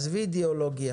עזבי אידיאולוגיה